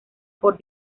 por